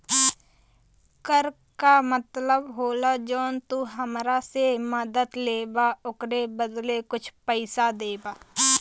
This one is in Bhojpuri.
कर का मतलब होला जौन तू हमरा से मदद लेबा ओकरे बदले कुछ पइसा देबा